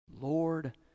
Lord